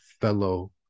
fellow